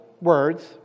words